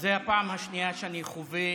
זו הפעם השנייה שאני חווה